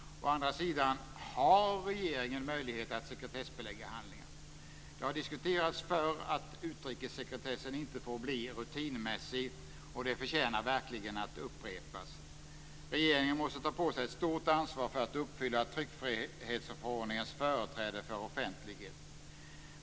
Å andra sidan har regeringen möjlighet att sekretessbelägga handlingar. Det har diskuterats förr att utrikessekretessen inte får bli rutinmässig, och det förtjänar verkligen att upprepas. Regeringen måste ta på sig ett stort ansvar för att uppfylla tryckfrihetsförordningens företräde för offentlighet.